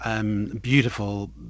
Beautiful